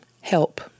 help